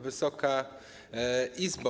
Wysoka Izbo!